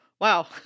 Wow